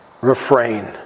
refrain